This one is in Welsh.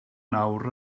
nawr